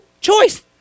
choice